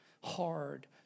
hard